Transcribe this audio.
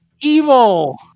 Evil